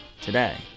today